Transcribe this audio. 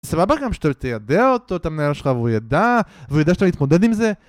סבבה גם שאתה תידע אותו, את המנהל שלך, והוא ידע, והוא יודע שאתה מתמודד עם זה.